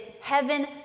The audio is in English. heaven